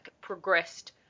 progressed